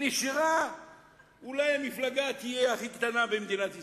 נשארה אולי המפלגה הקטנה שתהיה במדינת ישראל.